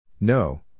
No